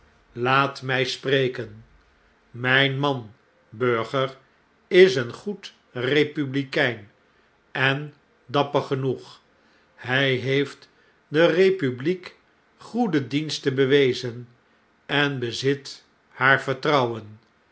laat mtj spreken mjjn man burger is een goed republikein en dapper genoeg hjj heeft de republiek goede diensten bewezen en bezit haar vertrouwen